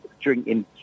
drinking